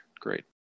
Great